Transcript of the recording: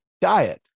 Diet